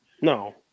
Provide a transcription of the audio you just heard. No